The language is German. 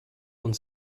und